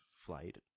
flight